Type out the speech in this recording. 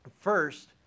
first